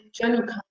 general